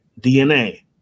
DNA